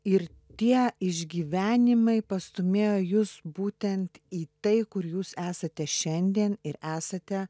ir tie išgyvenimai pastūmėjo jus būtent į tai kur jūs esate šiandien ir esate